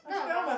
not your mum